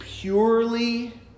purely